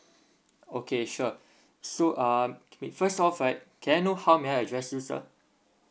okay sure so um can we first off right can I know how may I address you sir